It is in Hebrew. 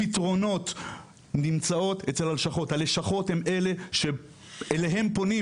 הפתרונות נמצאים אצל הלשכות; הן אלה שאליהן פונים